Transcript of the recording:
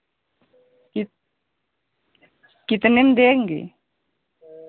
कित कितने में देंगे